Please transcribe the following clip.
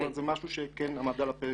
זאת אומרת זה משהו שכן עמד על הפרק.